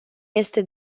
este